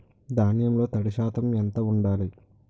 ధాన్యంలో తడి శాతం ఎంత ఉండాలి?